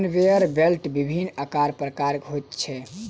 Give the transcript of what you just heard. conveyor belt विभिन्न आकार प्रकारक होइत छै